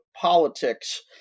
politics